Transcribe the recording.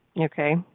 okay